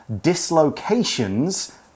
dislocations